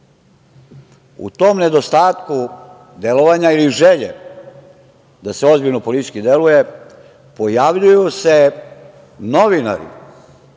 u tom nedostatku delovanja ili želje da se ozbiljno politički deluje, pojavljuju se novinari